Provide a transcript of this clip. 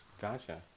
Gotcha